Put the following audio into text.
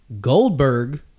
Goldberg